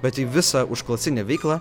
bet į visą užklasinę veiklą